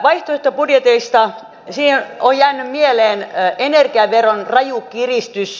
vaihtoehtobudjeteista on jäänyt mieleen energiaveron raju kiristys